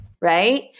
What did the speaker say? right